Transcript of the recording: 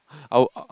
I'll